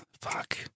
fuck